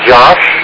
Josh